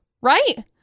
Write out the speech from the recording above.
right